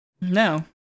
No